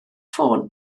ffôn